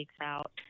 out